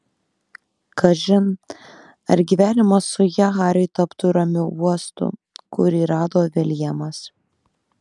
kažin ar gyvenimas su ja hariui taptų ramiu uostu kurį rado viljamas